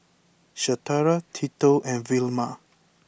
Shatara Tito and Vilma